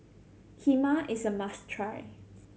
kheema is a must try